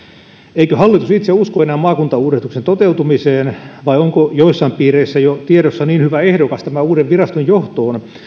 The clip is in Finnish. eikö hallitus itse usko enää maakuntauudistuksen toteutumiseen vai onko joissain piireissä jo tiedossa niin hyvä ehdokas tämän uuden viraston johtoon